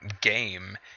game